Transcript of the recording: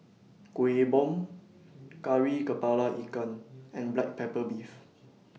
Kueh Bom Kari Kepala Ikan and Black Pepper Beef